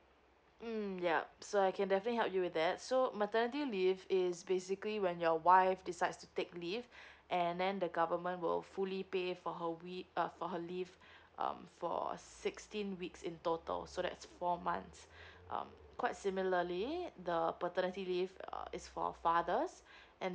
mm yup so I can definitely help you with that so maternity leave is basically when your wife decides to take leave and then the government will fully pay for her wee~ uh for her leave um for a sixteen weeks in total so that's four months um quite similarly the paternity leave err its for fathers and